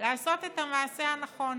לעשות את המעשה הנכון